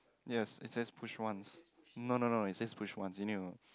yes it says push once no no no it says push once you need know